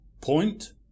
Point